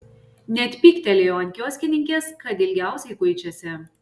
net pyktelėjo ant kioskininkės kad ilgiausiai kuičiasi